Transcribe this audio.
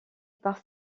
par